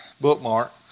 bookmark